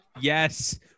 Yes